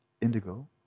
indigo